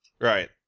Right